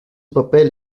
papel